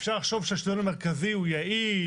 אפשר לחשוב שהשלטון המרכזי הוא יעיל,